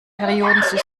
periodensystem